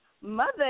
mother